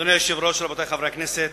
אדוני היושב-ראש, רבותי חברי הכנסת,